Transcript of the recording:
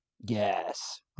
Yes